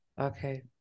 Okay